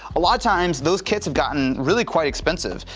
a lot of times those kits have gotten really quite expensive.